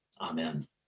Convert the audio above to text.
Amen